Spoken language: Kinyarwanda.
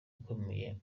ikomeye